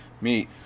meet